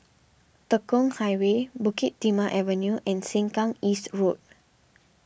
Tekong Highway Bukit Timah Avenue and Sengkang East Road